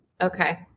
Okay